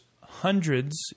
hundreds